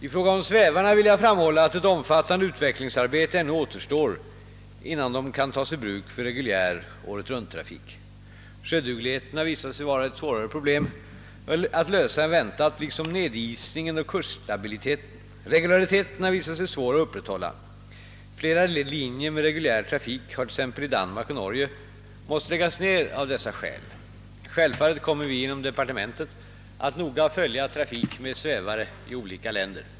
I fråga om svävarna vill jag framhålla, att ett omfattande utvecklingsarbete ännu återstår innan de kan tas i bruk för reguljär åretrunttrafik. Sjödugligheten har visat sig vara ett svårare problem att lösa än väntat liksom nedisningen och kursstabiliteten. Regulariteten har visat sig svår att upprätthålla. Flera linjer med reguljär trafik har t.ex. i Danmark och Norge måst läggas ned av dessa skäl. Självfallet kommer vi inom departementet att noga följa trafik med svävare i olika länder.